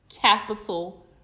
capital